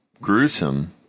gruesome